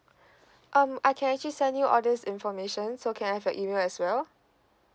um I can actually send you all this information so can I have your email as well